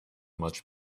much